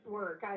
work